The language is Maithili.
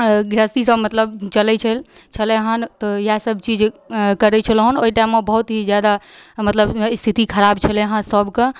आँय गृहस्थीसँ मतलब चलै छै छलै हन या सब्जी जे करै छलहुँ हन ओइ टाइममे बहुत ही जादा मतलब स्थिति खराब छलै हँ सबके